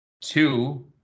Two